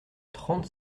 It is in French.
trente